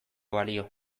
balio